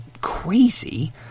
crazy